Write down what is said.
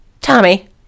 Tommy